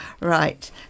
right